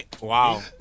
Wow